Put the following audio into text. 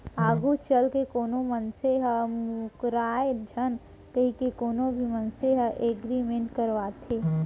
आघू चलके कोनो मनसे ह मूकरय झन कहिके कोनो भी मनसे ह एग्रीमेंट करवाथे